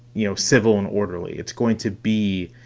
you know, civil and orderly. it's going to be